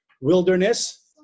Wilderness